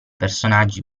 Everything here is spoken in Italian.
personaggi